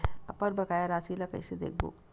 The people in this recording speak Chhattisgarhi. अपन बकाया राशि ला कइसे देखबो?